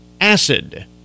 acid